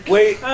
Wait